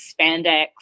spandex